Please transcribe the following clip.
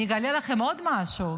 אני אגלה לכם עוד משהו.